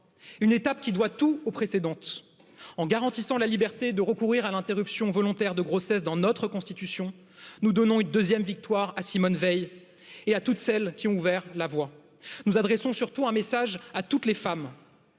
une étape qui doit tout aux précédentes en garantissant la liberté de recourir à l'interruption volontaire de grossesse dans notre constitution nous donnons une deuxième victoire à simone veil et à toutes celles qui ont ouvert la voie nous adressons surtout un message à toutes les femmes